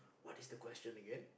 what is the question again